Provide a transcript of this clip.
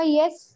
yes